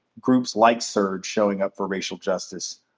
groups like surj, showing up for racial justice,